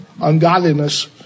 ungodliness